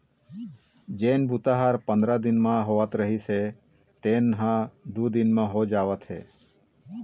जेन बूता ह पंदरा दिन म होवत रिहिस हे तेन ह दू दिन म हो जावत हे